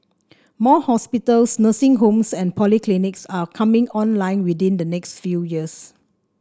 more hospitals nursing homes and polyclinics are coming online within the next few years